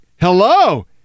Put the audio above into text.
Hello